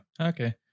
okay